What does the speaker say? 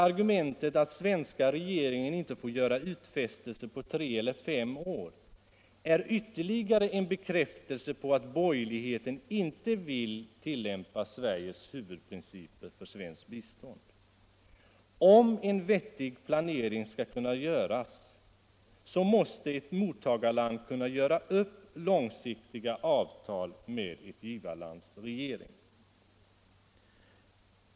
Argument som att svenska regeringen inte får göra utfästelser på tre eller fem år är bara ytterligare en bekräftelse på att borgerligheten inte vill tillämpa Sveriges huvudprinciper för bistånd. Om en vettig planering skall kunna göras måste ett mottagarland kunna göra upp långsiktiga avtal med givarlandets regering.